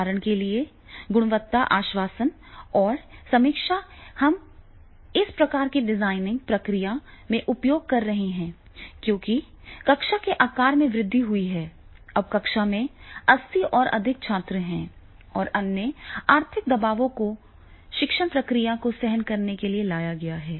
उदाहरण के लिए गुणवत्ता आश्वासन और समीक्षा हम इस प्रकार की डिजाइनिंग प्रक्रिया में उपयोग कर रहे हैं क्योंकि कक्षा के आकार में वृद्धि हुई है अब कक्षा में 80 और अधिक छात्र हैं और अन्य आर्थिक दबावों को शिक्षण प्रक्रिया को सहन करने के लिए लाया गया है